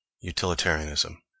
Utilitarianism